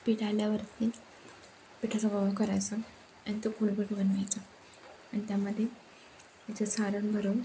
पीठ आल्यावरती पिठाचा गोळा करायचा आणि तो खोलगट बनवायचा आणि त्यामध्ये त्याचं सारण भरून